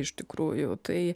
iš tikrųjų tai